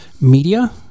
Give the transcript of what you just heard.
media